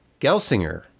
Gelsinger